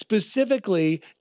specifically